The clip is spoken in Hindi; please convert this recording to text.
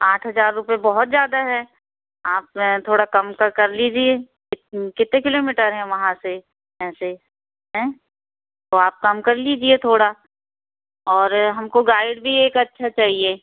आठ हज़ार रुपये बहुत ज़्यादा है आप थोड़ा कम तो कर लीजिए कितने किलोमीटर है वहाँ से ऐसे ऐं तो आप कम कर लीजिए थोड़ा और हमको गाइड भी एक अच्छा चाहिए